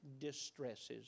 distresses